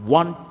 one